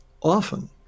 Often